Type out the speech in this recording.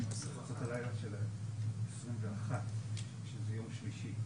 בלילה של ה-21 שזה יום שלישי.